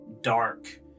Dark